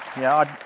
yeah,